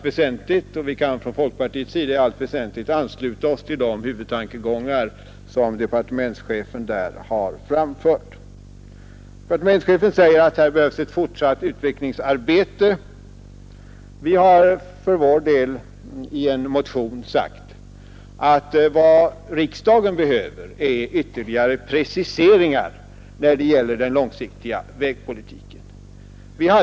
Vi kan från folkpartiet i allt väsentligt ansluta oss till de huvudtankegångar som departementschefen där har framfört. Departementschefen säger att det behövs ett fortsatt utvecklingsarbete. Vi har i en motion sagt att vad riksdagen behöver är ytterligare preciseringar när det gäller den långsiktiga vägpolitiken.